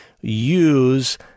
use